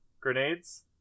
grenades